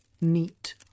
neat